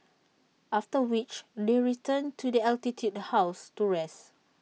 after which they return to the altitude house to rest